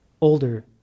older